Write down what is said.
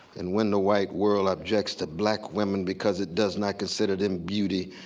and when the white world objects to black women because it does not consider them beauty,